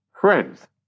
friends